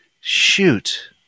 shoot